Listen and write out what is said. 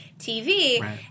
TV